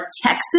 Texas